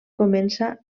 comença